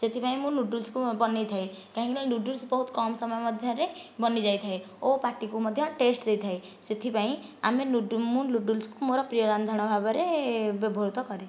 ସେଥିପାଇଁ ମୁଁ ନୁଡ଼ଲ୍ସ କୁ ବନେଇଥାଏ କାହିଁକି ନା ନୁଡ଼ଲ୍ସ ବହୁତ କମ ସମୟ ମଧ୍ୟରେ ବନିଯାଇଥାଏ ଓ ପାଟିକୁ ମଧ୍ୟ ଟେଷ୍ଟ ଦେଇଥାଏ ସେଥିପାଇଁ ଆମେ ମୁଁ ନୁଡ଼ଲ୍ସ କୁ ମୋର ପ୍ରିୟ ରାନ୍ଧଣା ଭାବରେ ବ୍ୟବହୃତ କରେ